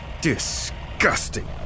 Disgusting